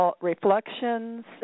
Reflections